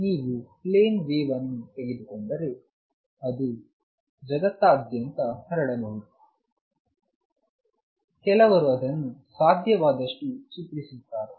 ಆದ್ದರಿಂದ ನೀವು plane wave ಅನ್ನು ತೆಗೆದುಕೊಂಡರೆ ಅದು ಜಾಗದಾದ್ಯಂತ ಹರಡಬಹುದು ಕೆಲವರು ಅದನ್ನು ಸಾಧ್ಯವಾದಷ್ಟು ಚಿತ್ರಿಸುತ್ತಾರೆ